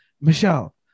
Michelle